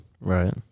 right